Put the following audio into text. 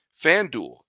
FanDuel